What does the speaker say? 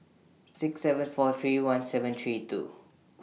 six seven four three one seven three two